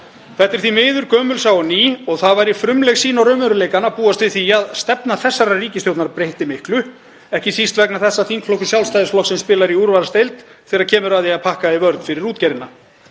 Þetta er því miður gömul saga og ný og það væri frumleg sýn á raunveruleikann að búast við því að stefna þessarar ríkisstjórnar breytti miklu, ekki síst vegna þess að þingflokkur Sjálfstæðisflokksins spilar í úrvalsdeild þegar kemur að því að pakka í vörn fyrir útgerðina.